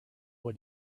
what